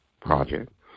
project